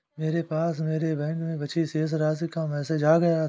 मेरे पास मेरे बैंक में बची शेष राशि का मेसेज आ गया था